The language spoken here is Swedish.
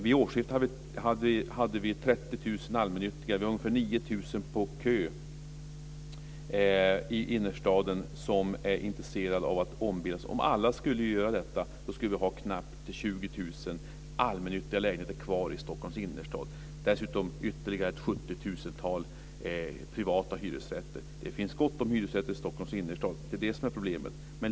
Vid årsskiftet hade vi 30 000 allmännyttiga lägenheter och en kö om ungefär 9 000 som är intresserade av ombildning i innerstaden. Om alla skulle genomföra detta skulle vi ha knappt 20 000 allmännyttiga lägenheter kvar i Stockholms innerstad och dessutom ytterligare ca 70 000 privata hyresrätter. Problemet är att det finns gott om hyresrätter i Stockholms innerstad.